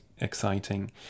exciting